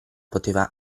poteva